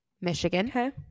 Michigan